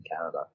Canada